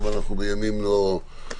אבל אנחנו בימים לא סטנדרטיים,